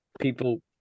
People